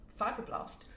fibroblast